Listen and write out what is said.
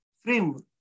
framework